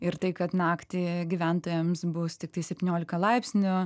ir tai kad naktį gyventojams bus tiktai septyniolika laipsnių